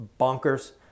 bonkers